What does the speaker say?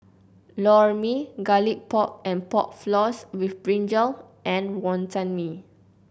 Lor Mee Garlic Pork and Pork Floss with brinjal and Wonton Mee